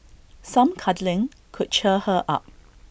some cuddling could cheer her up